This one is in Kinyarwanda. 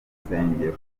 rusengero